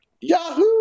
Yahoo